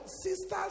sisters